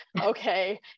okay